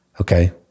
Okay